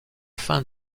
fin